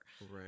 right